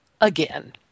again